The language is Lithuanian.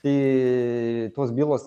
tai tos bylos